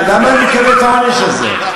למה אני מקבל את העונש הזה?